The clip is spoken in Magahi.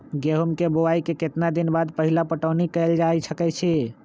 गेंहू के बोआई के केतना दिन बाद पहिला पटौनी कैल जा सकैछि?